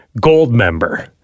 Goldmember